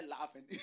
laughing